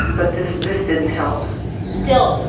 but this this didn't help still,